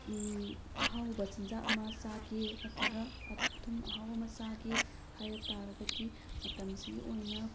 ꯑꯍꯥꯎꯕ ꯆꯤꯟꯖꯥꯛ ꯑꯃ ꯆꯥꯒꯦ ꯅꯠꯇ꯭ꯔꯒ ꯑꯊꯨꯝ ꯑꯍꯥꯎ ꯑꯃ ꯆꯥꯒꯦ ꯍꯥꯏꯕ ꯇꯥꯔꯒꯗꯤ ꯃꯇꯝꯁꯤꯒꯤ ꯑꯣꯏꯅ